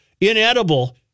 Inedible